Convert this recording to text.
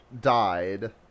died